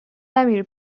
نمیری